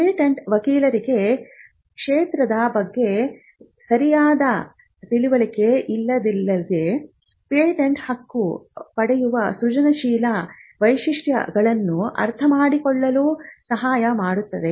patent ವಕೀಲರಿಗೆ ಕ್ಷೇತ್ರದ ಬಗ್ಗೆ ಸರಿಯಾದ ತಿಳುವಳಿಕೆ ಇಲ್ಲದಿದ್ದಲ್ಲಿ ಪೇಟೆಂಟ್ ಹಕ್ಕು ಪಡೆಯುವ ಸೃಜನಶೀಲ ವೈಶಿಷ್ಟ್ಯಗಳನ್ನು ಅರ್ಥಮಾಡಿಕೊಳ್ಳಲು ಸಹಾಯ ಮಾಡುತ್ತದೆ